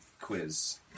quiz